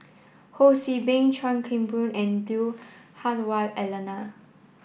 Ho See Beng Chuan Keng Boon and Lui Hah Wah Elena